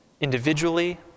individually